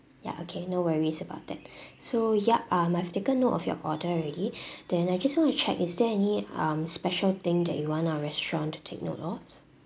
ya okay no worries about that so yup uh I've note of your order already then I just want to check is there any um special thing that you want our restaurant to take note of